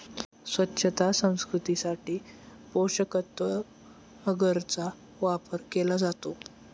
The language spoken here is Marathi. स्वच्छता संस्कृतीसाठी पोषकतत्त्व अगरचा वापर केला जातो